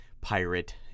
pirate